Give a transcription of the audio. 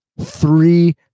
three